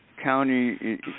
County